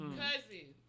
cousin